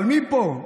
אבל מפה,